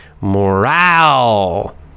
morale